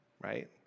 right